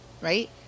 right